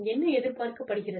என்ன எதிர்பார்க்கப்படுகிறது